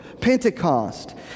Pentecost